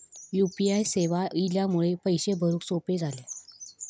U P I सेवा इल्यामुळे पैशे भरुक सोपे झाले